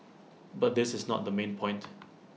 but this is not the main point